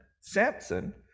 Samson